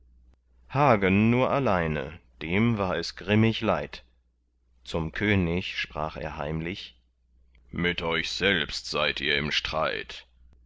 hagen nur alleine dem war es grimmig leid zum könig sprach er heimlich mit euch selbst seid ihr im streit